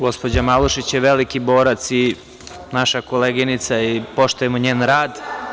Gospođa Malušić je veliki borac i naša koleginica i poštujemo njen rad.